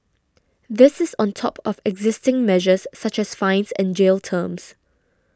this is on top of existing measures such as fines and jail terms